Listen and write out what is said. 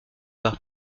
par